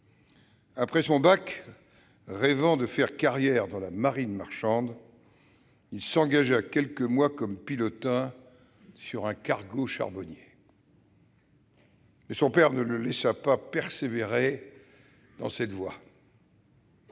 Après son bac, rêvant de faire carrière dans la marine marchande, il s'engagea quelques mois comme pilotin sur un cargo charbonnier, mais son père ne le laissa pas persévérer dans cette voie.